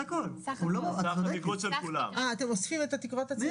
15.(א)קופת חולים תשלם בעבור שירות אשפוז